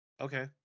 okay